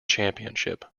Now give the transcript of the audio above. championship